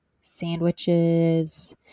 sandwiches